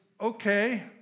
okay